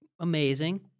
amazing